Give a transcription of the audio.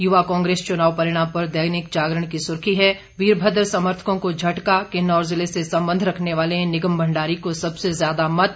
युवा कांग्रेस चुनाव परिणाम पर दैनिक जागरण की सुर्खी है वीरभद्र समर्थकों को झटका किन्नौर जिले से संबंध रखने वाले निगम भंड़ारी को सबसे ज्यादा मत